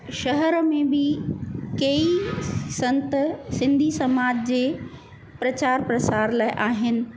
शहर में बि कई संत सिंधी समाज जे प्रचार प्रसार लाइ आहिनि